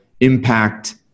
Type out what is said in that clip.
impact